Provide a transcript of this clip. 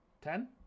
ten